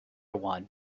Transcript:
one